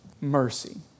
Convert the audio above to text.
mercy